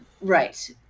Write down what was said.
right